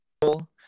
cool